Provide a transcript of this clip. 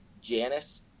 Janice